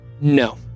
No